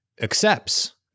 accepts